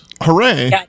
Hooray